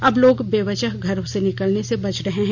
अब लोग बेवजह घरों से निकलने से बच रहे हैं